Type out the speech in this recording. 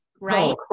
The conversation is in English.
right